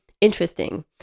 interesting